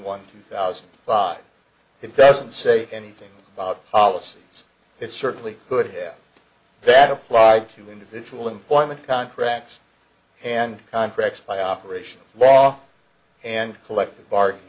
one thousand five it doesn't say anything about policies that certainly could have that applied to individual employment contracts and contracts by operational law and collective bargaining